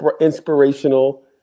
inspirational